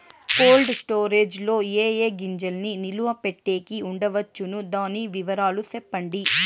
Cold storage లో ఏ ఏ గింజల్ని నిలువ పెట్టేకి ఉంచవచ్చును? దాని వివరాలు సెప్పండి?